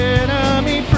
enemy